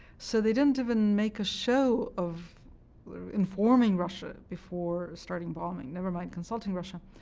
so they didn't even make a show of informing russia before starting bombing, never mind consulting russia,